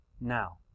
now